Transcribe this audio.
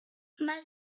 más